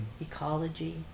ecology